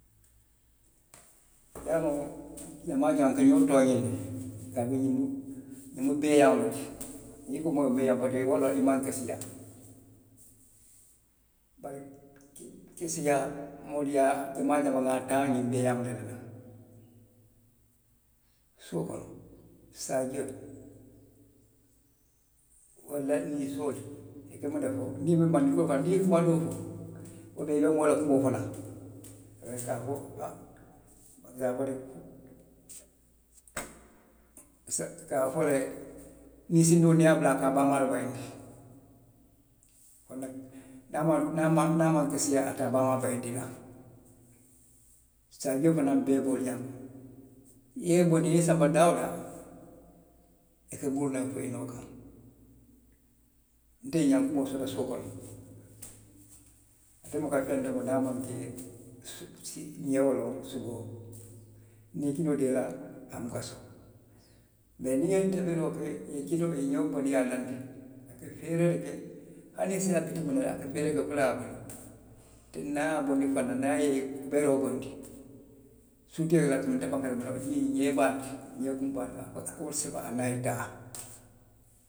Ye a loŋ jamaa jamaa n ka- n ka fo ñiŋ mu beeyaŋo le ti, niŋ i ko moo ye i mu beeyaŋo le ti, wo loŋ i maŋ keseyaa bari keseyaabaliyaa moolu ye a taa jamaa jaa n ŋa a taa ñiŋ beeyaŋolu le la suo kono, saajio walla ninsoolu mandinkolu niŋ i kuma doo fo, ubiyeŋ i be moo la kumoo fo la, i ka a fo le nisindiŋo niŋ i ye a bula, a ka a baamaa le bayindi konak niŋ a maŋ niŋ maŋ niŋ a maŋ keseyaa, a te a baamaa bayindi noo la; saajio fanaŋ bee be wo le ñaama i ye i bondi i ye i sanba daa woo daa, i ka muruu naŋ fo i nooto. Nte ŋa ñankumoo soto suo kono, ate buka feŋ domo niŋ a maŋ ñee loŋ suboo niŋ i ye kinoo dii a la, a buka soŋ mee niŋ n ŋa ke ye kinoo ñee bondi i ye laandi a ka feeree le ke, hani i si naa a biti munne la, a ka feere le fo a ye a bondi teyi niŋ a ye a bondi fanaŋ niŋ a ye kubeeroo bondi, suutio ka lafi miŋ na nte faŋo ka lafi miŋ na, ñiŋ ñee baalu, ñee kulu baalu a ka wo le sika, aniŋ a ye taa.